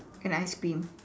can I scream